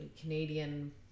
canadian